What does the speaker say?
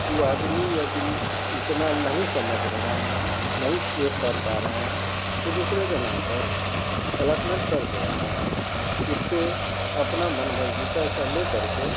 वो आदमी यदि उतना नहीं समझ रहे हैं नहीं उपयोग कर पा रहे हैं तो दूसरे के नाम पर अलॉटमेंट कर दे रहा है उससे अपना मन मर्जी पैसा लेकर के